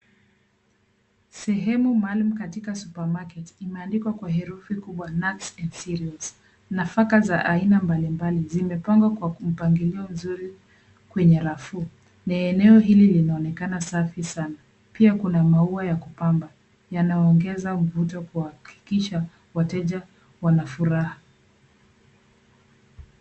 Sehemu maalam katika supermarket imeandikwa kwa herufi kubwa NUTS AND CEREALS .Nafaka za aina mbalimbali zimepangwa kwa mpangilio mzuri kwenye rafu na eneo hili linaonekana safi sana. Pia kuna maua ya kupamba yanaongeza mvuto kuhakikisha wateja wana furaha.